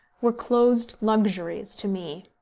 were closed luxuries to me.